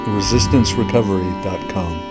resistancerecovery.com